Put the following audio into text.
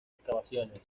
excavaciones